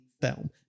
film